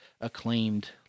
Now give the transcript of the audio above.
acclaimed